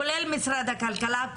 כולל משרד הכלכלה,